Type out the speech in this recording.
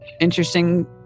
interesting